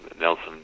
Nelson